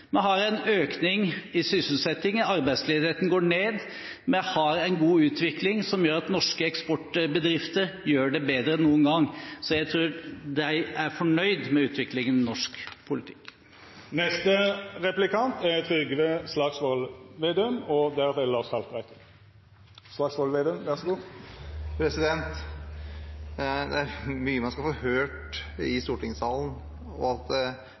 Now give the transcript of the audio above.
nå. Vi har økning i sysselsettingen, arbeidsledigheten går ned. Vi har en god utvikling som gjør at norske eksportbedrifter gjør det bedre enn noen gang. Så jeg tror de er fornøyd med utviklingen i norsk politikk. Det er mye man skal høre i stortingssalen, f.eks. at Høyres parlamentariske leder er rørt over at tidenes høyeste avgiftsøkning – på 83 pst. – er gjennomført. Han burde vært flau, og